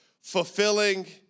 fulfilling